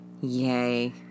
Yay